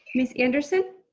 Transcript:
miss anderson?